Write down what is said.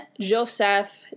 Joseph